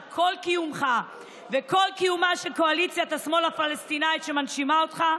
שכל קיומך וכל קיומה של קואליציית השמאל הפלסטינית שמנשימה אותך,